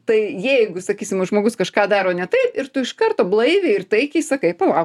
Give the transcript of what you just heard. tai jeigu sakysim va žmogus kažką daro ne taip ir tu iš karto blaiviai ir taikiai sakai palauk